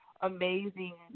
amazing